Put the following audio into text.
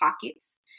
pockets